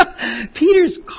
Peter's